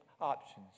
options